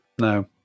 No